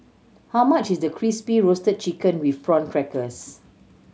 how much is Crispy Roasted Chicken with Prawn Crackers